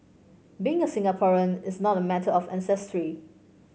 being a Singaporean is not a matter of ancestry